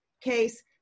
case